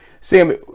Sam